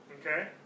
Okay